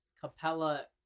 Capella